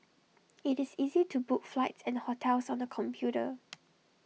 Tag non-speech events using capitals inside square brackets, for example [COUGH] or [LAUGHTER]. IT is easy to book flights and hotels on the computer [NOISE]